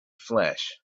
flash